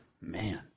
Man